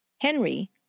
Henry